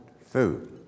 food